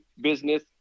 business